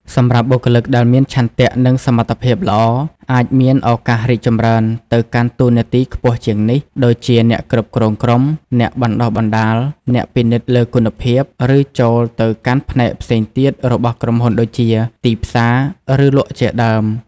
សម្រាប់បុគ្គលិកដែលមានឆន្ទៈនិងសមត្ថភាពល្អ អាចមានឱកាសរីកចម្រើនទៅកាន់តួនាទីខ្ពស់ជាងនេះ ដូចជា អ្នកគ្រប់គ្រងក្រុម អ្នកបណ្ដុះបណ្ដាល អ្នកពិនិត្យលើគុណភាព ឬចូលទៅកាន់ផ្នែកផ្សេងទៀតរបស់ក្រុមហ៊ុនដូចជា ទីផ្សារ ឬលក់ជាដើម។